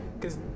Cause